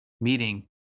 meeting